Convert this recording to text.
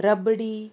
rabri